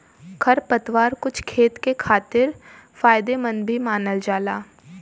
खरपतवार कुछ खेत के खातिर फायदेमंद भी मानल जाला